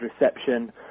reception